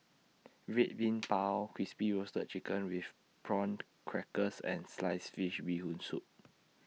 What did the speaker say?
Red Bean Bao Crispy Roasted Chicken with Prawn Crackers and Sliced Fish Bee Hoon Soup